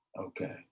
Okay